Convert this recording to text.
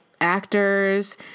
actors